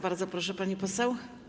Bardzo proszę, pani poseł.